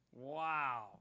Wow